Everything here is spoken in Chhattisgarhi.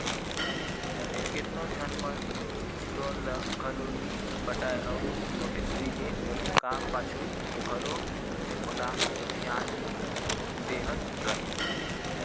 केतनो झन मन लोन ल घलो नी पटाय अउ नोटिस मिले का पाछू घलो ओला धियान नी देहत रहें